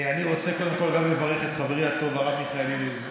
אני רוצה קודם כול לברך את חברי הטוב הרב מיכאל אילוז,